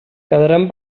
quedaran